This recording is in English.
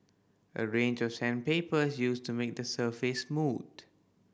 a range of sandpaper used to make the surface smooth